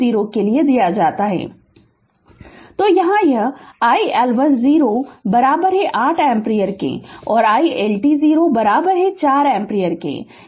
Refer Slide Time 0240 तो यहाँ यह iL1 0 8 एम्पीयर और iL2 0 4 एम्पीयर है